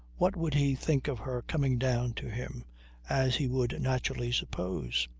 what would he think of her coming down to him as he would naturally suppose.